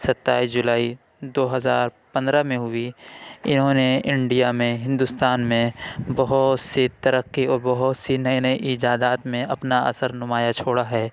ستائیس جولائی دو ہزار پندرہ میں ہوئی اِنہوں نے انڈیا میں ہندوستان میں بہت سی ترقی اور بہت سی نئے نئے ایجادات میں اپنا اثر نمایاں چھوڑا ہے